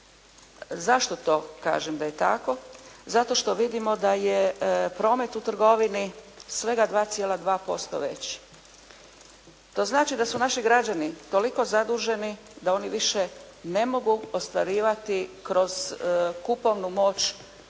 Zašto to kažem da je tako? Zato što vidimo da je promet u trgovini svega 2,2% veći. To znači da su naši građani toliko zaduženi da oni više ne mogu ostvarivati kroz kupovnu moć onakav